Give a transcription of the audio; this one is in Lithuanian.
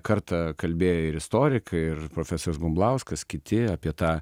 kartą kalbėjo ir istorikai ir profesorius bumblauskas kiti apie tą